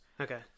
Okay